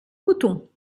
coton